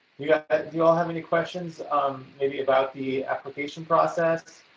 yeah you all have any questions, um, maybe about the application process?